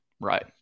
right